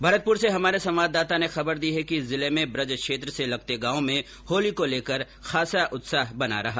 भरतपुर से हमारे संवाददाता ने खबर दी है कि जिले में बृज क्षेत्र से लगते गांवों में होली को लेकर खासा उत्साह बना रहा